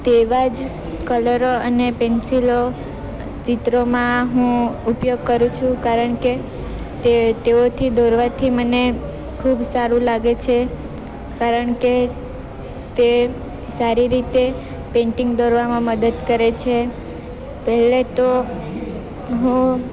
તેવા જ કલરો અને પેન્સિલો ચિત્રમાં હું ઉપયોગ કરું છું કારણ કે તે તેઓથી દોરવાથી મને ખૂબ સારું લાગે છે કારણ કે તે સારી રીતે પેન્ટિંગ દોરવામાં મદદ કરે છે પહેલે તો હું